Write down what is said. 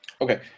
okay